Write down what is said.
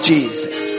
Jesus